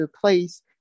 place